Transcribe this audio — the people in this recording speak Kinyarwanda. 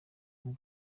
uwo